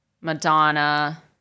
Madonna